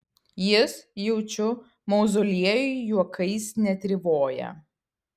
jis jaučiu mauzoliejuj juokais netrivoja